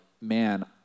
man